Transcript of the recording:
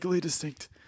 distinct